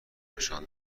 نشان